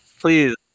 please